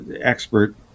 expert